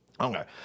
Okay